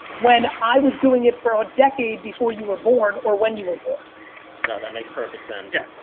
when i was doing it for a decade before you were born or when you were born. yeah that makes perfect sense.